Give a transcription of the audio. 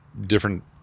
different